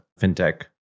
fintech